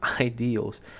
ideals